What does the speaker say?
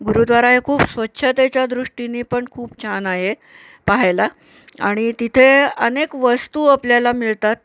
गुरुद्वारा हे खूप स्वच्छतेच्या दृष्टीने पण खूप छान आहे पाहायला आणि तिथे अनेक वस्तू आपल्याला मिळतात